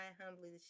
Humbly